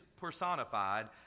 personified